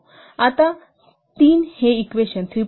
तर आता 3 हे इक्वेशन 3